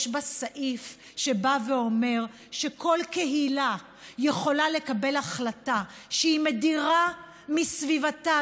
יש בה סעיף שבא ואומר שכל קהילה יכולה לקבל החלטה שהיא מדירה מסביבתה,